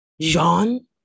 Jean